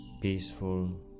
peaceful